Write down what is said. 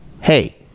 hey